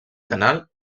canal